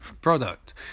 product